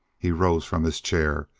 he rose from his chair,